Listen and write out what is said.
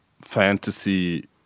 fantasy